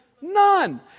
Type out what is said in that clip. None